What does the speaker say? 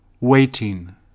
Waiting